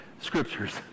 scriptures